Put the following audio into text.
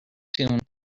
tune